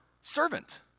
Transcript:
servant